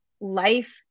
life